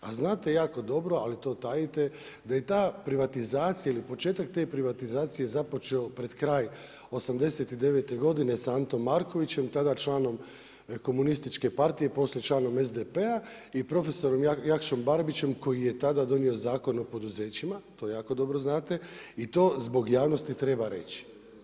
A znate jako dobro ali to tajite da je ta privatizacija ili početak te privatizacije započeo pred kraj '89. godine sa Antom Markovićem, tada članom Komunističke partije, poslije članom SDP-a i profesorom Jakšom Barbićem koji je tada donio Zakon o poduzećima, to jako dobro znate i to zbog javnosti treba reći.